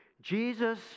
Jesus